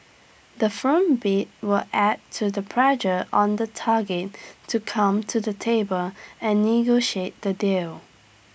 the firm bid will add to the pressure on the target to come to the table and negotiate the deal